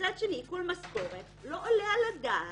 מצד שני, עיקול משכורת לא יעלה על הדעת,